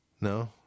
No